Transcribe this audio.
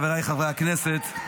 חבריי חברי הכנסת,